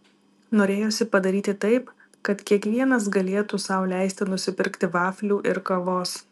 norėjosi padaryti taip kad kiekvienas galėtų sau leisti nusipirkti vaflių ir kavos